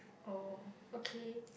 oh okay